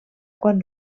quan